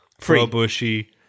pro-bushy